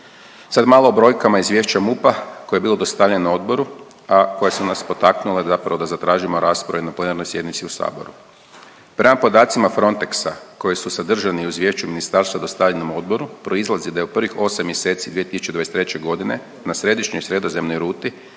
Sad malo o brojkama izvješća MUP-a koje je bilo dostavljeno Odboru, a koje su nas potaknule zapravo da zatražimo rasprave na plenarnoj sjednici u saboru. Prema podacima Frontexa koji su sadržani u izvješću ministarstva dostavljenom odboru, proizlazi da je u prvih 8 mjeseci 2023. godine na središnjoj sredozemnoj ruti